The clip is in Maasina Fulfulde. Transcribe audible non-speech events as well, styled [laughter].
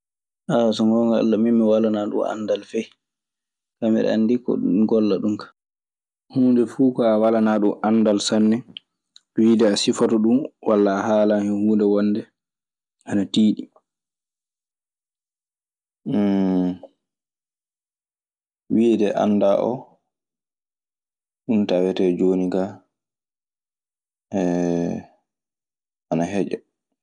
[hesitation] so ngoonga Alla min mi walanaa ɗum anddal fay, me mi ɗe anndi eɗum golla ɗum kaa. Huunde fuu ko walanaa ɗun anndal sanne, wiide a sifoto ɗun walla a haalan hen huunde wonde ana tiiɗi.